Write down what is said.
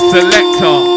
Selector